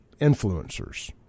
influencers